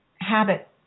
habit